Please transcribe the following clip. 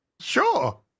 Sure